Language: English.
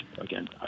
Again